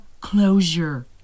closure